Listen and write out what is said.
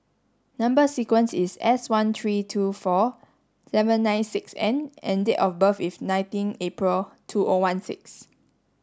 number sequence is S one three two four seven nine six N and date of birth is nineteen April two O one six